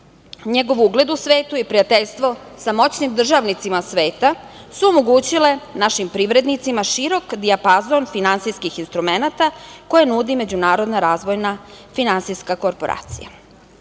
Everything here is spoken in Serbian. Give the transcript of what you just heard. ugled u svetu i prijateljstvo sa moćnom državnicima sveta su omogućile našim privrednicima širok dijapazon finansijskih instrumenata koje nudi Međunarodna razvojna finansijska korporacija. Sve